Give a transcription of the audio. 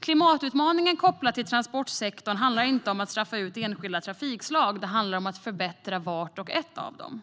Klimatutmaningen kopplat till transportsektorn handlar inte om att straffa ut enskilda trafikslag utan om att förbättra vart och ett av dem.